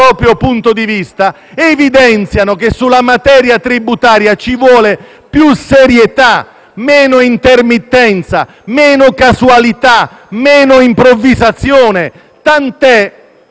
il proprio punto di vista, evidenziano che sulla materia tributaria ci vogliono più serietà, meno intermittenza, meno casualità, meno improvvisazione; tant'è